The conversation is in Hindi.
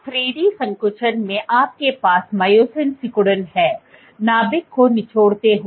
तो 3 D संकुचन में आपके पास मायोसिन सिकुड़न है नाभिक को निचोड़ते हुए